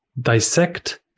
dissect